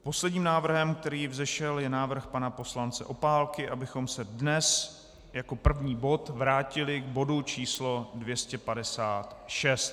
Posledním návrhem, který vzešel, je návrh pana poslance Opálky, abychom se dnes jako první bod vrátili k bodu číslo 256.